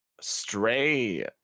Stray